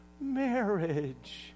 marriage